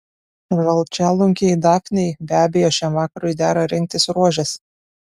žalčialunkiai dafnei be abejo šiam vakarui dera rinktis rožes